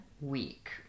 week